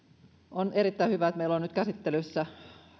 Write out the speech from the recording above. on erittäin hyvä että meillä on nyt käsittelyssä